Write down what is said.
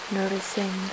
noticing